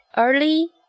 Early